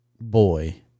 boy